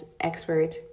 expert